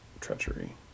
treachery